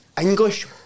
English